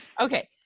Okay